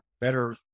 better